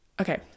okay